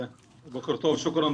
בוקר טוב, שוקראן.